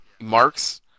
Marks